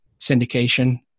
syndication